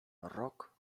rok